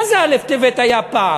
מה זה א' טבת היה פעם?